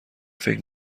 فکر